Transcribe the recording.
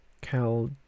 Cal